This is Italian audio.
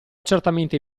certamente